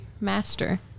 master